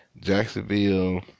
Jacksonville